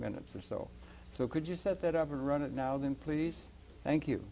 minutes or so so could you set that up and run it now then please thank you